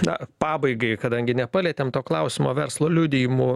na pabaigai kadangi nepalietėm to klausimo verslo liudijimų